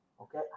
Okay